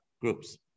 groups